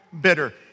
bitter